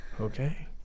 Okay